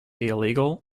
illegal